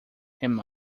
him